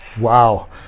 Wow